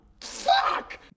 Fuck